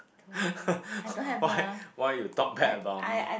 why why you talk bad about me